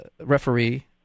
referee